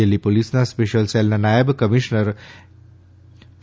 દિલ્લી પોલીસના સ્પેશિયલ સેલના નાયબ કમિશનર પી